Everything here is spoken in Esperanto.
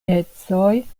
ecoj